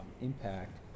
impact